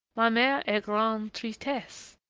ma mere en grand' tristesse,